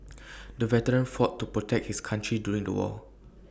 the veteran fought to protect his country during the war